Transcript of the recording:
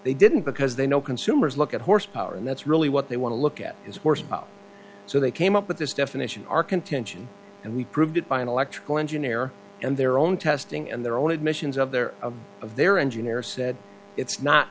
they didn't because they know consumers look at horsepower and that's really what they want to look at it's worst so they came up with this definition our contention and we proved it by an electrical engineer and their own testing and their own admissions of their of their engineer said it's not